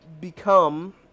become